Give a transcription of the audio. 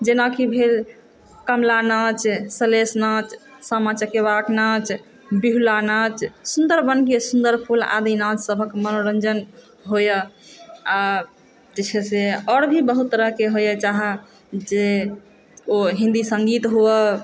जेनाकि भेल कमला नाच शलेश नाच सामा चकेवाक नाच विहुला नाच सुन्दर वनके सुन्दर फुल आदिनाथ सभक मनोरञ्जन होइए आओर जे छै से और भी बहुत तरहके होइए जहाँ जे ओ हिन्दी सङ्गीत होवऽ